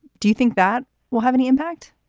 do you think that will have any impact